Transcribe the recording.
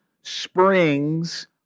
springs